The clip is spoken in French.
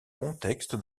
contexte